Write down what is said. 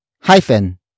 hyphen